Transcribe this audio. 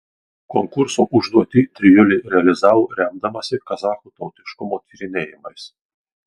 konkurso užduotį trijulė realizavo remdamasi kazachų tautiškumo tyrinėjimais